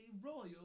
Royal